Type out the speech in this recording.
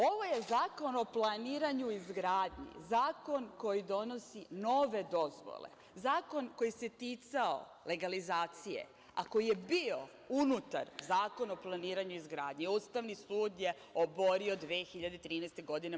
Ovo je Zakon o planiranju i izgradnji, zakon koji donosi nove dozvole, zakon koji se ticao legalizacije, a koji je bio unutar Zakona o planiranju i izgradnji Ustavni sud je oborio 2013. godine.